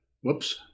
whoops